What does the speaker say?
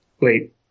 wait